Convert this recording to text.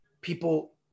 people